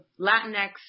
Latinx